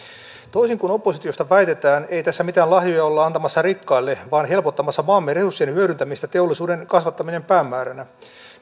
toisin kuin oppositiosta väitetään ei tässä mitään lahjoja olla antamassa rikkaille vaan helpottamassa maamme resurssien hyödyntämistä teollisuuden kasvattaminen päämääränä